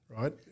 right